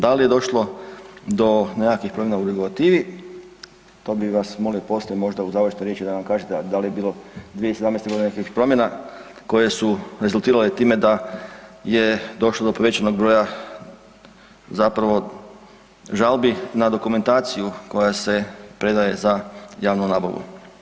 Da li je došlo do nekakvih promjena u regulativi to bih vas molio poslije možda u završnoj riječi da nam kažete da li je bilo 2017. godine nekakvih promjena koje su rezultirale time da je došlo do povećanog broja zapravo žalbi na dokumentaciju koja se predaje za javnu nabavu.